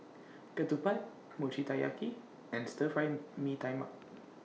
Ketupat Mochi Taiyaki and Stir Fry Mee Tai Mak